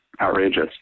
outrageous